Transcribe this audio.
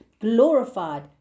glorified